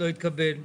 לא התקבל.